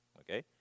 okay